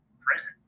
prison